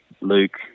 Luke